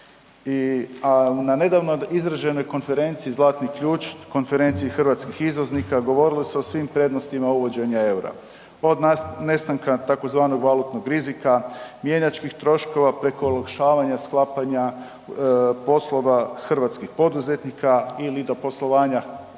a nedavno izraženoj konferenciji „Zlatni Ključ“, konferenciji hrvatskih izvoznika, govorilo se o svim prednostima uvođenja EUR-a, od nestanka tzv. valutnog rizika, mjenjačkih troškova preko olakšavanja sklapanja poslova hrvatskih poduzetnika ili do poslovanja